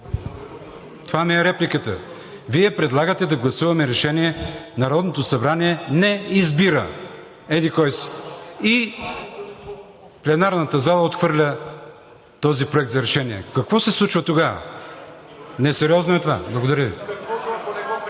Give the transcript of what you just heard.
Това ми е репликата. Вие предлагате да гласуваме решение: „Народното събрание не избира еди-кой си...“ и пленарната зала отхвърля този проект за решение. Какво се случва тогава? Несериозно е това. Благодаря Ви.